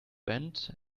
bend